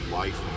life